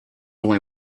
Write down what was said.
only